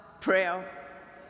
prayer